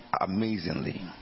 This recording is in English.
amazingly